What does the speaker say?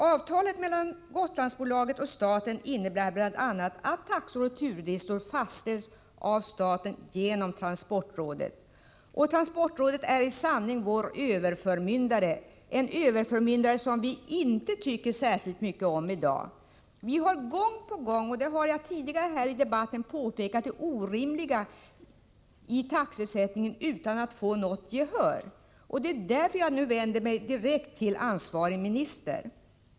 Avtalet mellan Gotlandsbolaget och staten innebär bl.a. att taxor och turlistor fastställs av staten genom transportrådet. Transportrådet är i sanning vår överförmyndare, en överförmyndare som vi inte tycker särskilt mycket om. Vi har gång på gång påpekat, och jag har i tidigare debatter här framhållit det orimliga i taxesättningen utan att få något gehör. Det är därför jag nu vänder mig direkt till ansvarig minister.